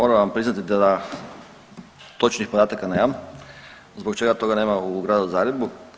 Moram vam priznati da točnih podataka nemam zbog čega toga nema u Gradu Zagrebu.